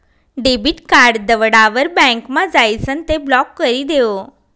debit card दवडावर बँकमा जाइसन ते ब्लॉक करी देवो